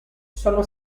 sono